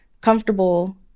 comfortable